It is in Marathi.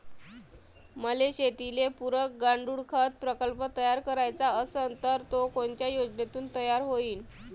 मले शेतीले पुरक गांडूळखत प्रकल्प तयार करायचा असन तर तो कोनच्या योजनेतून तयार होईन?